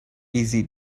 easy